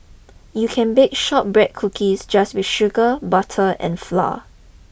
you can bake shortbread cookies just with sugar butter and flour